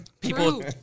people